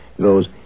goes